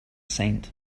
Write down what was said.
saint